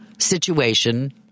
situation